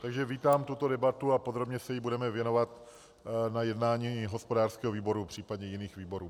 Takže vítám tuto debatu a podrobně se jí budeme věnovat na jednání hospodářského výboru, případně jiných výborů.